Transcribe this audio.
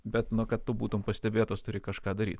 bet na kad tu būtum pastebėtas tai reik kažką daryt